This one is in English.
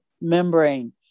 membrane